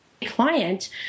client